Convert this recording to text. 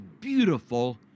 beautiful